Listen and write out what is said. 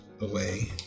Away